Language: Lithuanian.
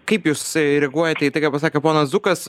kaip jūs reaguojate į tai ką pasakė ponas zukas